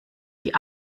die